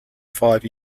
five